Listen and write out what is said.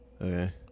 Okay